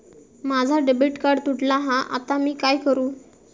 माझा debit card तुटला हा आता मी काय करू?